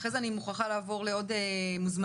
ואחרי זה אני מוכרחה לעבור לעוד מוזמנים.